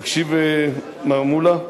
תקשיב, מר מולה,